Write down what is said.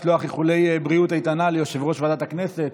לנצל את הבמה לשלוח איחולי בריאות איתנה ליושב-ראש ועדת הכנסת